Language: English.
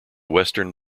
western